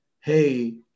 hey